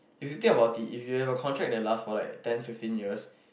if you think about it if you have a contract that last for like ten fifteen years